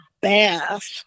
bath